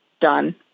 done